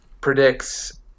predicts